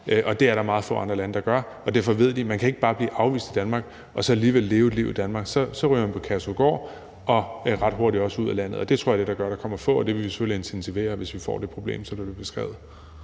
og det er der meget få andre lande der gør. Derfor ved de, at man ikke bare kan blive afvist i Danmark og så alligevel leve et liv i Danmark. Så ryger man på Kærshovedgård og ret hurtigt også ud af landet, og det tror jeg er det, der gør, at der kommer få, og den proces vil vi selvfølgelig intensivere, hvis vi får det problem, som bliver beskrevet.